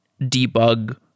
debug